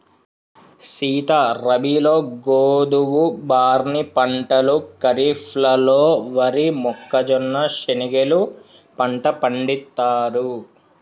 సీత రబీలో గోధువు, బార్నీ పంటలు ఖరిఫ్లలో వరి, మొక్కజొన్న, శనిగెలు పంట పండిత్తారు